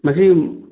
ꯃꯁꯤ